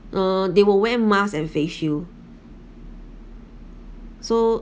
uh they will wear masks and face shield so